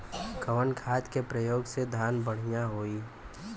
कवन खाद के पयोग से धान बढ़िया होई?